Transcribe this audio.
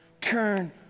turn